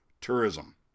tourism